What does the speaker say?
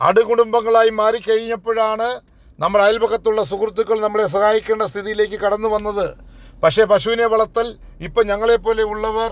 അണുകുടുംബങ്ങളായി മാറിക്കഴിഞ്ഞപ്പോഴാണ് നമ്മൾ അയൽപക്കത്തുള്ള സുഹൃത്തുക്കൾ നമ്മളെ സഹായിക്കേണ്ട സ്ഥിതിയിലേക്ക് കടന്ന് വന്നത് പക്ഷെ പശുവിനെ വളർത്തൽ ഇപ്പോൾ ഞങ്ങളെ പോലെയുള്ളവർ